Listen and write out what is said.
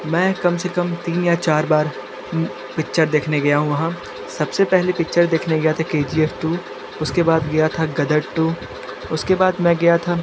मैं कम से कम तीन या चार बार पिक्चर देखने गया हूँ वहाँ सबसे पहले पिक्चर देखने गया था के जी एफ टू उसके बाद गया था गदर टू उसके बाद मैं गया था